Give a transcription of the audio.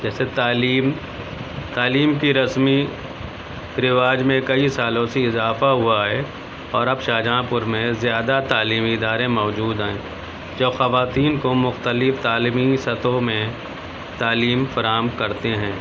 جیسے تعلیم تعلیم کی رسمی رواج میں کئی سالوں سے اضافہ ہوا ہے اور اب شاہجہاں پور میں زیادہ تعلیمی ادارے موجود ہیں جو خواتین کو مختلف تعلیمی سطحوں میں تعلیم فراہم کرتے ہیں